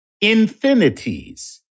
Infinities